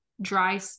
dry